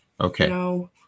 okay